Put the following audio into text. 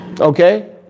okay